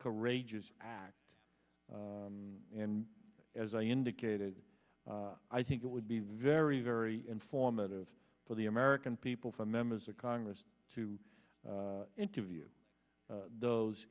courageous act and as i indicated i think it would be very very informative for the american people for members of congress to interview those